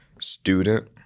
student